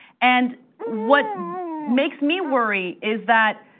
and what makes me worry is that,